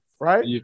Right